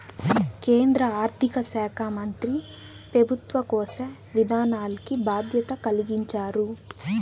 కేంద్ర ఆర్థిక శాకా మంత్రి పెబుత్వ కోశ విధానాల్కి బాధ్యత కలిగించారు